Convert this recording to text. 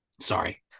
Sorry